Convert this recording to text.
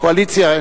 קואליציה.